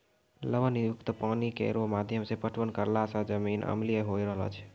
लवण युक्त पानी केरो माध्यम सें पटवन करला पर जमीन अम्लीय होय रहलो छै